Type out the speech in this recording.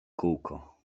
kółko